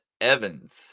Evans